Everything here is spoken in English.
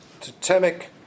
totemic